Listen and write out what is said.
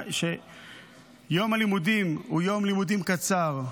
שיום הלימודים הוא יום לימודים קצר,